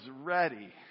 ready